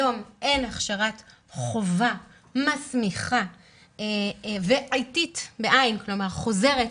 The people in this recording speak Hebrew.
היום אין הכשרת חובה מסמיכה ועיתית, כלומר חוזרת,